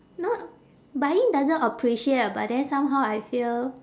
no buying doesn't appreciate but then somehow I feel